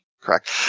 Correct